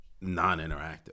non-interactive